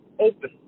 open